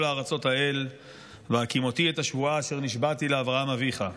הארצֹת האל והקִמֹתִי את השבֻעה אשר נשבעתי לאברהם אביך"